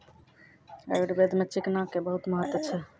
आयुर्वेद मॅ चिकना के बहुत महत्व छै